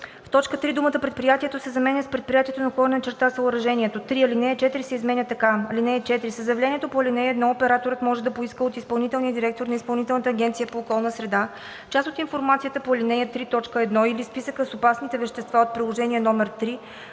в т. 3 думата „предприятието“ се заменя с „предприятието/съоръжението“. 3. Алинея 4 се изменя така: „(4) Със заявлението по ал. 1 операторът може да поиска от изпълнителния директор на Изпълнителната агенция по околна среда част от информацията по ал. 3, т. 1 или списъка с опасните вещества от приложение № 3